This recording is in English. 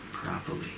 Properly